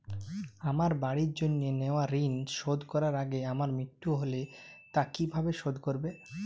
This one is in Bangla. আমার বাড়ির জন্য নেওয়া ঋণ শোধ করার আগে আমার মৃত্যু হলে তা কে কিভাবে শোধ করবে?